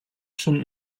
schon